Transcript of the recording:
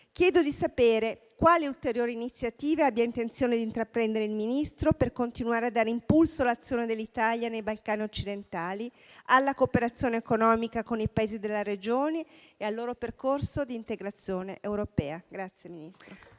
quindi di sapere quali ulteriori iniziative abbia intenzione di intraprendere il Ministro per continuare a dare impulso all'azione dell'Italia nei Balcani occidentali, alla cooperazione economica con i Paesi della regione e al loro percorso di integrazione europea. PRESIDENTE.